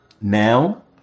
now